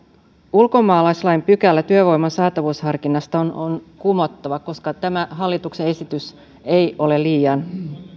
ulkomaalaislain pykälä työvoiman saatavuusharkinnasta on on kumottava koska tämä hallituksen esitys ei ole tarpeeksi